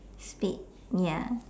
spade ya